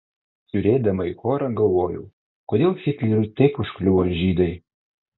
žiūrėdama į chorą galvojau kodėl hitleriui taip užkliuvo žydai